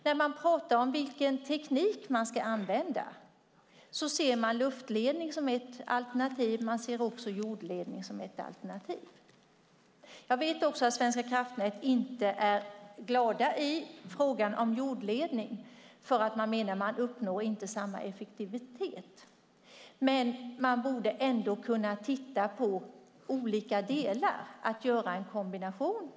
När man pratar om vilken teknik man ska använda ser man luftledning som ett alternativ och jordledning som ett annat alternativ. Jag vet också att Svenska kraftnät inte är glada i frågan om jordledning, för man menar att man inte uppnår samma effektivitet. Men man borde ändå kunna titta på olika delar och göra en kombination.